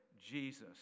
Jesus